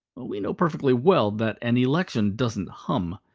we know perfectly well that an election doesn't hum,